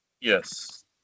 yes